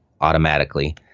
automatically